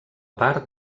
part